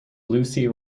lucy